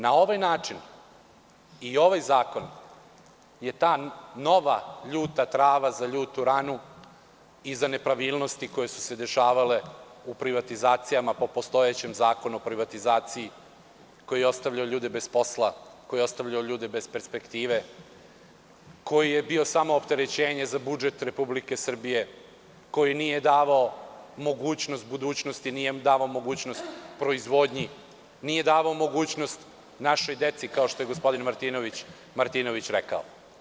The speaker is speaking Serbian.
Na ovaj način i ovaj zakon je ta nova ljuta trava za ljutu ranu i za nepravilnosti koje su se dešavale u privatizacijama po postojećem Zakonu o privatizaciji, koji je ostavljao ljude bez posla, koji je ostavljao ljude bez perspektive, koji je bio samo opterećenje za budžet Republike Srbije, koji nije davao mogućnost budućnosti, nije davao mogućnost proizvodnji, nije davao mogućnost našoj deci, kao što je gospodin Martinović rekao.